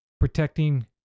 protecting